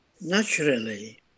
naturally